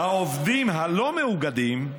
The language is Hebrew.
העובדים הלא-מאוגדים,